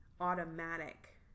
automatic